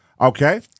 Okay